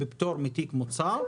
בפטור מתיק מוצר,